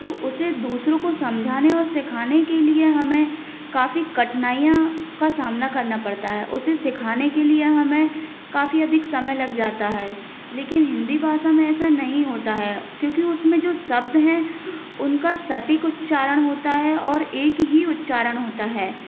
तो उसे दूसरों को समझाने और सिखाने के लिए हमें काफी कठिनाइयां का सामना करना पड़ता है उसे सिखाने के लिए हमें काफी अधिक समय लग जाता है लेकिन हिंदी भाषा में ऐसा नहीं होता है क्योंकि उसमें जो शब्द हैं उनका सटीक उच्चारण होता है और एक ही उच्चारण होता है